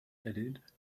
added